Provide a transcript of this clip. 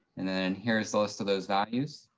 and then here's the list of those values.